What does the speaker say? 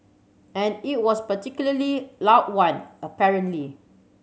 and it was particularly loud one apparently